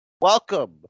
welcome